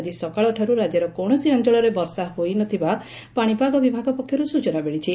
ଆଜି ସକାଳଠାରୁ ରାଜ୍ୟର କୌଣସି ଅଞ୍ଞଳରେ ବର୍ଷା ହୋଇ ନ ଥିବା ପାଶିପାଗ ବିଭାଗ ପକ୍ଷର୍ ସ୍ ଚନା ମିଳିଛି